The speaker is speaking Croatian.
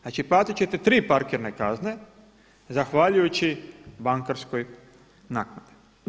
Znači platiti ćete tri parkirne kazne zahvaljujući bankarskoj naknadi.